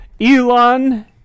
Elon